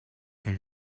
elle